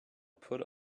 put